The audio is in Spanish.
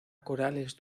corales